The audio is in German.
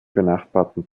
benachbarten